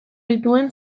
dituen